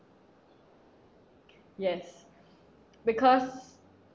yes because